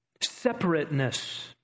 separateness